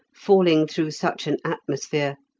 falling through such an atmosphere,